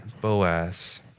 Boaz